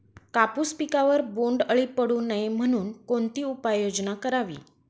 कापूस पिकावर बोंडअळी पडू नये म्हणून कोणती उपाययोजना करावी?